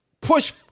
push